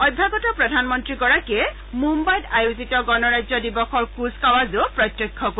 অভ্যাগত প্ৰধানমন্ত্ৰীগৰাকীয়ে মুম্বাইত আয়োজিত গণৰাজ্য দিৱসৰ কুচকাৱাজো প্ৰত্যক্ষ কৰিব